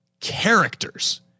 characters